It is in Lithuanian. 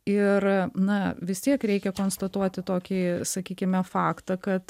ir na vis tiek reikia konstatuoti tokį sakykime faktą kad